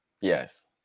Yes